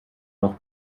noch